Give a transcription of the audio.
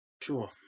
Sure